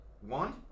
One